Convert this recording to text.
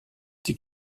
die